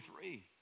three